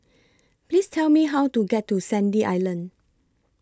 Please Tell Me How to get to Sandy Island